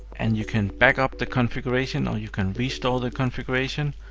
and you can back up the configuration, or you can restore the configuration,